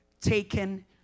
taken